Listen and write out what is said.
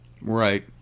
Right